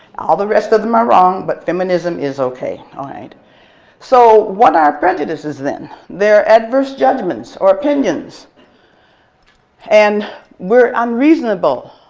all the rest of them are wrong but feminism is okay. so what are prejudices then? they are adverse judgements or opinions and we're unreasonable.